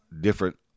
different